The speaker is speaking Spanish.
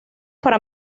para